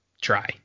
try